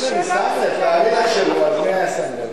--- מי היה שם לב?